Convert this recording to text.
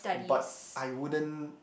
but I wouldn't